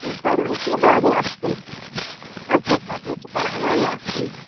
تی پران چھِ یہِ واریاہ اصل عایشہ فاطمہ چھِ پران واریاہ اصل